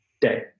day